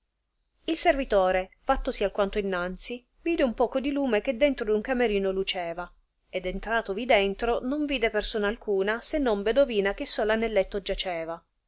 il servitore fattosi alquanto innanzi vide un poco di lume che dentro d un camerino luceva ed entratovi dentro non vide persona alcuna se non bedovina che sola nel letto giaceva